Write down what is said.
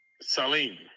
Salim